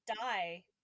die